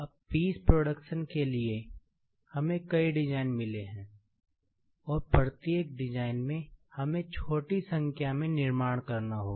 अब piece production के लिए हमें कई डिज़ाइन मिले हैं और प्रत्येक डिज़ाइन में हमें छोटी संख्या में निर्माण करना होगा